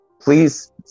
please